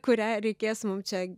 kuriai reikės mum čia